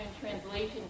translation